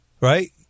right